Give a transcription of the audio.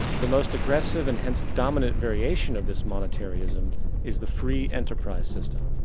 the most agressive and hence dominant variation of this monetary-ism is the free enterprise system.